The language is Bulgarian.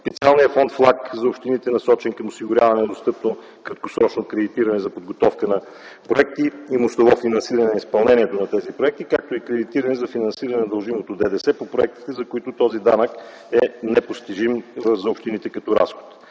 специалният фонд ФЛАГ за общините, насочен към осигуряване на достъпно краткосрочно кредитиране за подготовка на проекти и мостово финансиране на изпълнението на тези проекти, както и кредитиране за финансиране на дължимото ДДС по проектите, за които този данък е непостижим за общините като разход.